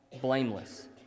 blameless